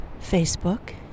Facebook